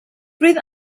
roedd